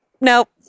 Nope